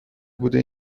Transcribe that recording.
بوده